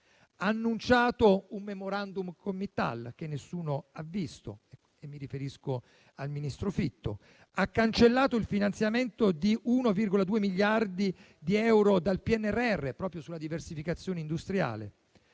Ha annunciato un *memorandum* con ArcelorMittal, che nessuno ha visto (e mi riferisco al ministro Fitto); ha cancellato il finanziamento di 1,2 miliardi di euro dal PNRR proprio sulla diversificazione industriale.